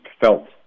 felt